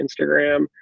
Instagram